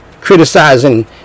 criticizing